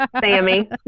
Sammy